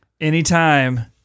Anytime